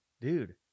Dude